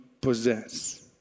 possess